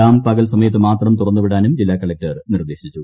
dam പകൽ സമയത്ത് മാത്രം തുറന്ന് വിടാനും ജില്ലാ കളക്ടർ നിർദ്ദേശിച്ചു